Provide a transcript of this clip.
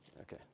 Okay